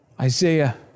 Isaiah